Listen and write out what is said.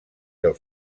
del